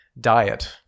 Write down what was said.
diet